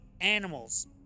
animals